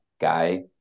guy